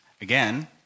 again